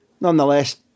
Nonetheless